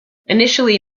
initially